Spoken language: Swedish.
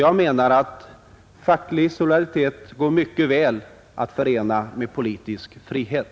Jag menar att facklig solidaritet går mycket väl att förena med politisk frihet.